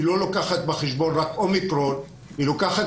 היא לא לוקחת בחשבון רק אומיקרון אלא היא לוקחת